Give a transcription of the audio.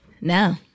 No